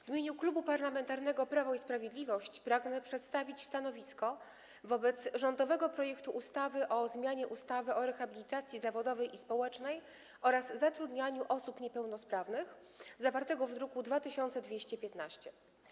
W imieniu Klubu Parlamentarnego Prawo i Sprawiedliwość pragnę przedstawić stanowisko wobec rządowego projektu ustawy o zmianie ustawy o rehabilitacji zawodowej i społecznej oraz zatrudnianiu osób niepełnosprawnych, zawartego w druku nr 2215.